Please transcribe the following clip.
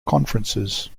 conferences